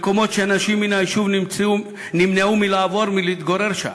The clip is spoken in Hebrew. מקומות שאנשים מן היישוב נמנעו מלעבור ולהתגורר שם,